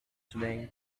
today